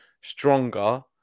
stronger